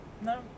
no